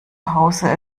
hause